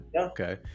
Okay